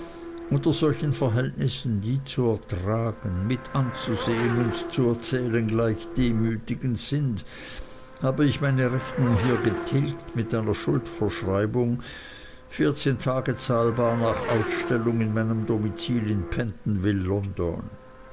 unter solchen verhältnissen die zu ertragen mitanzusehen und zu erzählen gleich demütigend sind habe ich meine rechnung hier getilgt mit einer schuldverschreibung vierzehn tage zahlbar nach ausstellung in meinem domizil in